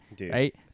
right